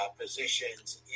positions